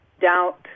doubt